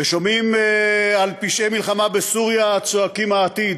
ושומעים על פשעי מלחמה בסוריה צועקים יש עתיד,